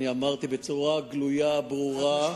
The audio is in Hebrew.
אמרתי בצורה גלויה, ברורה,